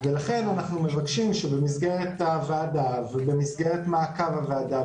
לכן אנחנו מבקשים שבמסגרת הוועדה ובמסגרת מעקב הוועדה,